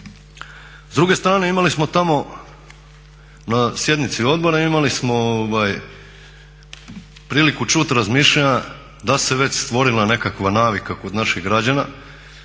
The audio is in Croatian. S druge strane imali smo tamo na sjednici Odbora imali smo priliku čut razmišljanja da se već stvorila nekakva navika kod naših građana